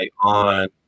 on